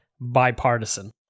bipartisan